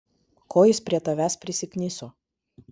ko jis prie tavęs prisikniso